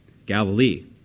Galilee